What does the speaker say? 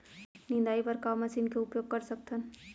निंदाई बर का मशीन के उपयोग कर सकथन?